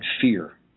fear